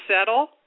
settle